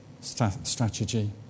strategy